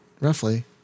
roughly